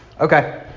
Okay